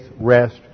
rest